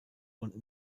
und